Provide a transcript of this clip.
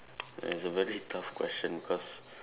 ya it's a very tough question because